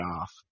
off